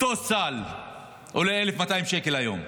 ואותו סל עולה 1,200 שקל היום.